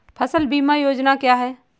फसल बीमा योजना क्या है?